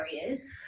areas